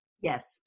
Yes